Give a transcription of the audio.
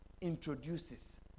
introduces